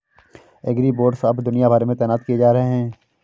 agribots अब दुनिया भर में तैनात किए जा रहे हैं